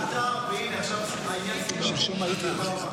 העניין סודר.